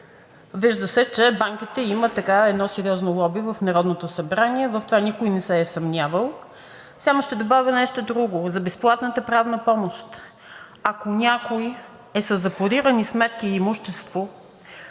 Вижда се, че банките имат сериозно лоби в Народното събрание – в това никой не се е съмнявал. Само ще добавя нещо друго за безплатната правна помощ – ако някой е със запорирани сметки и имущество,